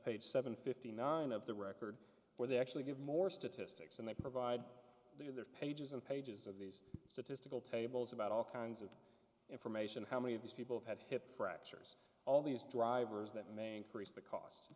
page seven fifty nine of the record where they actually give more statistics and they provide their pages and pages of the statistical tables about all kinds of information how many of these people have had hip fractures all these drivers that may increase the cost